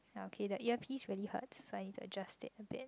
ya okay that earpiece really hurts so I need to adjust it a bit